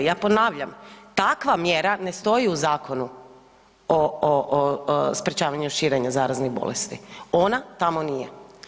Ja ponavljam, takva mjera ne stoji u Zakonu o sprečavanju širenja zaraznih bolesti, ona tamo nije.